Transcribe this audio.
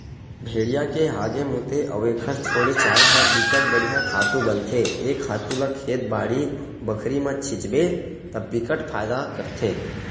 भेड़िया के हागे, मूते अउ एखर छोड़े चारा ह बिकट बड़िहा खातू बनथे ए खातू ल खेत, बाड़ी बखरी म छितबे त बिकट फायदा करथे